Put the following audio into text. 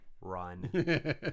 Run